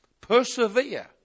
Persevere